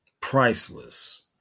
Priceless